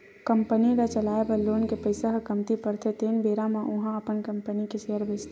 company ल चलाए बर लोन के पइसा ह कमती परथे तेन बेरा म ओहा अपन कंपनी के सेयर बेंचथे